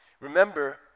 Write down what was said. Remember